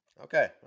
Okay